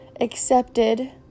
accepted